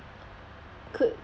could